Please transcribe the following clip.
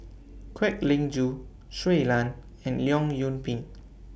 Kwek Leng Joo Shui Lan and Leong Yoon Pin